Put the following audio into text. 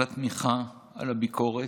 על התמיכה, על הביקורת,